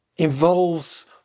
involves